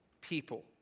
people